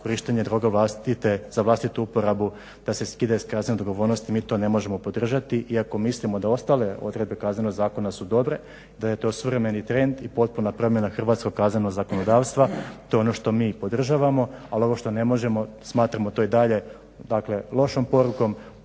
korištenje droge za vlastitu uporabu da se skine s kaznene odgovornosti, mi to ne možemo podržati iako mislimo da ostale odredbe Kaznenog zakona su dobre, da je to suvremeni trend i potpuno promjena hrvatskog kaznenog zakonodavstva. To je ono što mi podržavamo ali ovo što ne možemo smatramo to i dalje dakle lošom porukom.